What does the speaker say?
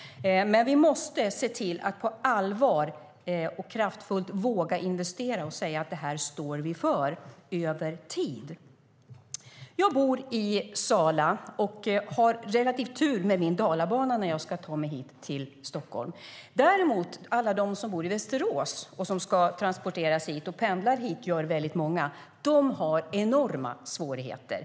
Men vi måste på allvar och kraftfullt våga investera och säga att vi står för detta över tid. Jag bor i Sala och har relativt tur med Dalabanan när jag ska ta mig till Stockholm. Men alla de som bor i Västerås och ska ta sig till Stockholm, många pendlar, har enorma svårigheter.